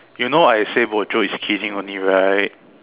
you know I say bo jio is kidding only right